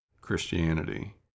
christianity